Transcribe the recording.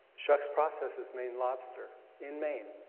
schucks processes maine lobster in maine.